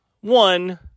one